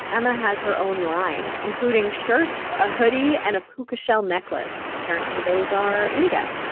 emma has her own line, including shirts, a hoodie and a puka shell necklace. apparently those are in again.